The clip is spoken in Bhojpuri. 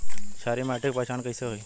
क्षारीय माटी के पहचान कैसे होई?